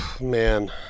Man